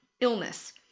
illness